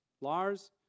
Lars